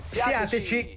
siateci